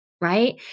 Right